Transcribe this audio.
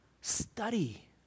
study